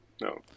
no